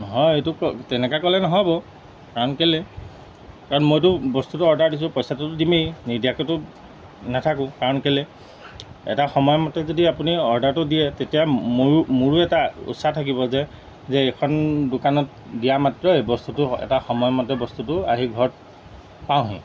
নহয় এইটো তেনেকৈ ক'লে নহ'ব কাৰণ কেলৈ কাৰণ মইতো বস্তুটো অৰ্ডাৰ দিছোঁ পইচাটোতো দিমেই নিদিয়াকেতো নাথাকোঁ কাৰণ কেলৈ এটা সময়মতে যদি আপুনি অৰ্ডাৰটো দিয়ে তেতিয়া মোৰো মোৰো এটা উচ্চাস থাকিব যে যে এইখন দোকানত দিয়া মাত্ৰই বস্তুটো এটা সময়মতে বস্তুটো আহি ঘৰত পাওঁহি